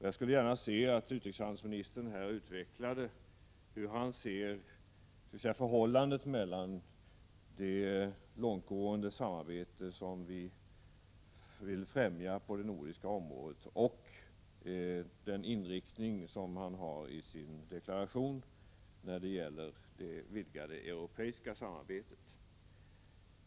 Jag skulle gärna se att utrikeshandelsministern här utvecklade hur han ser på förhållandet mellan det långtgående samarbete som vi vill främja på det nordiska området och den inriktning som hans deklaration har när det gäller det vidgade europeiska samarbetet.